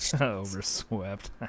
Overswept